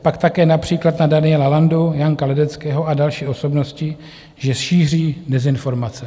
Pak také například na Daniela Landu, Janka Ledeckého a další osobnosti, že šíří dezinformace.